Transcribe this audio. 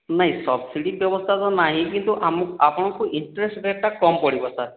ନାହିଁ ସବ୍ସିଡ଼ି ବ୍ୟବସ୍ଥା ତ ନାହିଁ କିନ୍ତୁ ଆମକୁ ଆପଣଙ୍କୁ ଇଣ୍ଟରେଷ୍ଟ ଟା କମ ପଡ଼ିବ ସାର୍